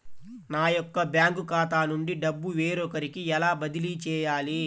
నా యొక్క బ్యాంకు ఖాతా నుండి డబ్బు వేరొకరికి ఎలా బదిలీ చేయాలి?